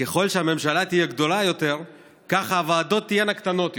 ככל שהממשלה תהיה גדולה יותר כך הוועדות תהיינה קטנות יותר.